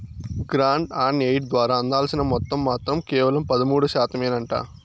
grant on aid ద్వారా అందాల్సిన మొత్తం మాత్రం కేవలం పదమూడు శాతమేనంట